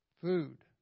food